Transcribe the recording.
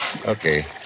Okay